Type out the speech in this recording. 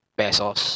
pesos